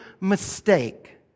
mistake